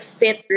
fit